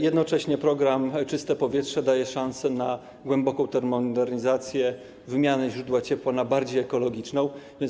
Jednocześnie program „Czyste powietrze” daje szansę na głęboką termomodernizację, wymianę źródła ciepła na bardziej ekologiczne.